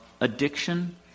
addiction